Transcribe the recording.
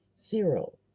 zero